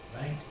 right